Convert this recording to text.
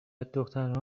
دخترها